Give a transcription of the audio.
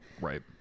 Right